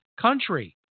country